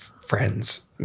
friends